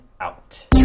out